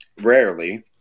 rarely